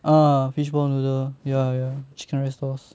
ah fishball noodle ya ya chicken rice stalls